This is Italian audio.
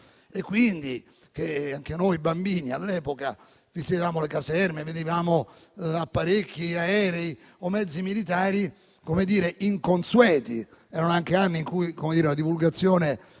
Quindi anche noi bambini, all'epoca, visitavamo le caserme e vedevamo apparecchi, aerei o mezzi militari inconsueti. Erano anche anni in cui la divulgazione